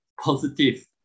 positive